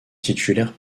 titulaire